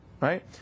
right